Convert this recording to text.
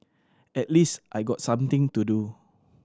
at least I got something to do